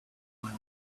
miles